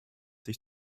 sich